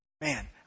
Man